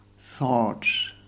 thoughts